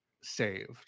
saved